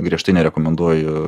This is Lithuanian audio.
griežtai nerekomenduoju